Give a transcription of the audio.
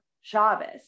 Shabbos